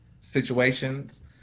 situations